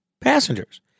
passengers